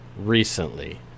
recently